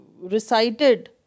recited